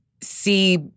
see